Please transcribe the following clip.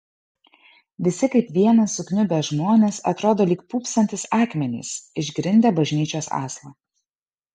visi kaip vienas sukniubę žmonės atrodo lyg pūpsantys akmenys išgrindę bažnyčios aslą